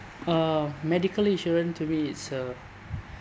uh medical insurance to me it's a